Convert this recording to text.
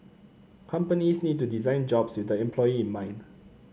companies need to design jobs with the employee in mind